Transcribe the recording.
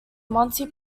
monty